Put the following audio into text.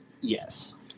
yes